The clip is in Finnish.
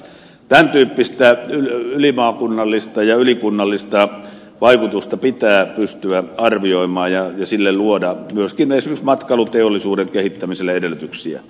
tämän tyyppistä ylimaakunnallista ja ylikunnallista vaikutusta pitää pystyä arvioimaan ja luoda sille myöskin esimerkiksi matkailuteollisuuden kehittämiselle edellytyksiä